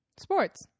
Sports